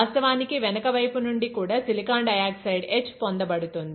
వాస్తవానికి వెనక వైపు నుండి కూడా సిలికాన్ డయాక్సైడ్ ఎచ్ పొందబడుతుంది